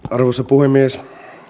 arvoisa puhemies